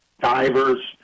divers